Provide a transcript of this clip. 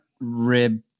rib